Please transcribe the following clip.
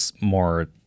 more